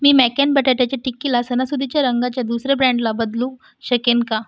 मी McCain बटाट्याच्या टिक्कीला सणासुदीच्या रंगाच्या दुसर्या ब्रँडला बदलू शकेन का